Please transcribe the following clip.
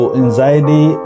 anxiety